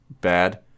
bad